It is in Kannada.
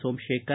ಸೋಮಶೇಖರ್